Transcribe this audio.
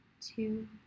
two